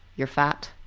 you're fat,